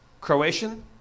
Croatian